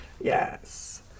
Yes